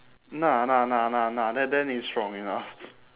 nah nah nah nah nah that that ain't strong enough